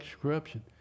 corruption